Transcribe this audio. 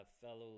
fellow